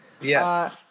yes